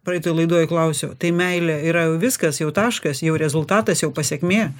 praeitoj laidoj klausiau tai meilė yra jau viskas jau taškas jau rezultatas jau pasekmė